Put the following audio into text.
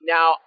Now